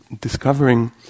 discovering